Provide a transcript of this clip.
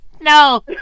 No